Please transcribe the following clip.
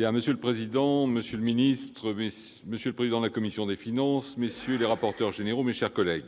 Monsieur le président, monsieur le ministre, monsieur le président de la commission, messieurs les rapporteurs généraux, mes chers collègues,